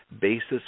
Basis